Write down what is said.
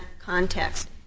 context